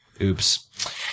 Oops